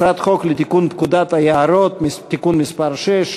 הצעת חוק לתיקון פקודת היערות (תיקון מס' 6),